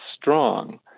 strong